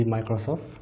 Microsoft